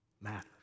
matters